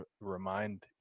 remind